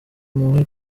impuhwe